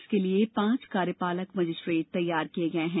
इसके लिए पांच कार्यपालक मजिस्ट्रेट तैनात किये गये हैं